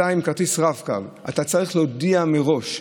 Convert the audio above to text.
עם כרטיס רב-קו, שאתה צריך להודיע מראש.